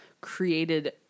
created